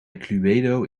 cluedo